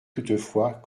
toutefois